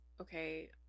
okay